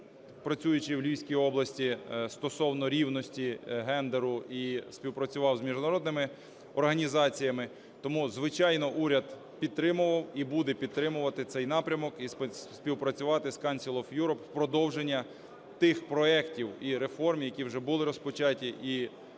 працюючи в Львівській області, стосовно рівності, гендеру і співпрацював з міжнародними організаціями. Тому, звичайно, уряд підтримував і буде підтримувати цей напрямок, і співпрацювати з Council of Europe в продовження тих проектів і реформ, які вже були розпочаті і стосовно